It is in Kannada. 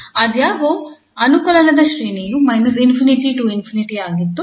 ಆದಾಗ್ಯೂ ಅನುಕಲನದ ಶ್ರೇಣಿಯು −∞ to ∞ ಆಗಿತ್ತು